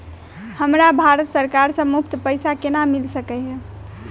हमरा भारत सरकार सँ मुफ्त पैसा केना मिल सकै है?